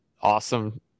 awesome